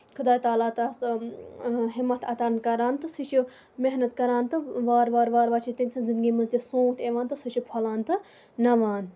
خدا تعالٰی تَتھ ہمت عطا کران تہٕ سُہ چھُ محنت کران تہٕ وارٕ وارٕ وارٕ وارٕ چھِ أسۍ تٔمۍ سٕنز زِندگی منٛز تہِ سونت یِوان تہٕ سُہ چھِ پھۄلان تہٕ نَوان